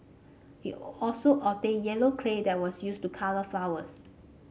he also obtained yellow clay that was used to colour flowers